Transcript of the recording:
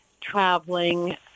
traveling